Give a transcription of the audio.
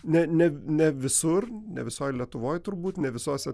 ne ne ne visur ne visoj lietuvoj turbūt ne visose